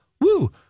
woo